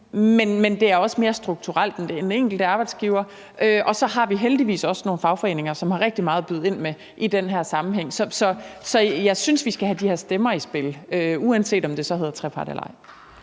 men det er også mere strukturelt end den enkelte arbejdsgiver, og så har vi heldigvis også nogle fagforeninger, som har rigtig meget at byde ind med i den her sammenhæng. Så jeg synes, vi skal have de her stemmer i spil, uanset om det så hedder trepart eller ej.